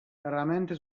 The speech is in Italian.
raramente